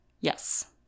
Yes